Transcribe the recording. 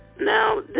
Now